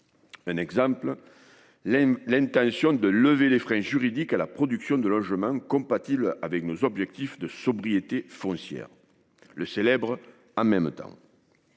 comme la volonté de « lever les freins juridiques à la production de logements compatibles avec nos objectifs de sobriété foncière »: le célèbre « en même temps